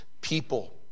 people